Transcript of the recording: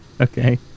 Okay